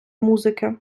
музики